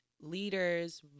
leaders